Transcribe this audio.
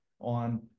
on